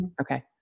okay